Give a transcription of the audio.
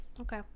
Okay